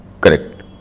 correct